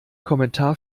kommentar